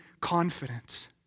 confidence